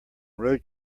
road